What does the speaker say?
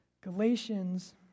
Galatians